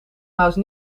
mouse